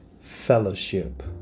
fellowship